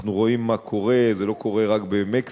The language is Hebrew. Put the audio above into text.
אנחנו רואים מה קורה, זה לא קורה רק במקסיקו.